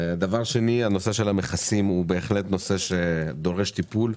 דבר שני, נושא המכסים בהחלט דורש טיפול.